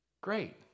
Great